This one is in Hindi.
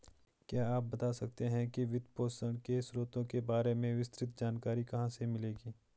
क्या आप बता सकते है कि वित्तपोषण के स्रोतों के बारे में विस्तृत जानकारी कहाँ से मिलेगी?